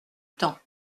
temps